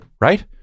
Right